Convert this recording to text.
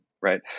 right